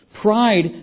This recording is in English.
Pride